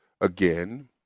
again